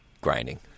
grinding